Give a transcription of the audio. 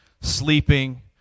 sleeping